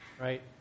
right